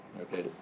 okay